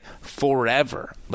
forever